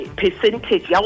percentage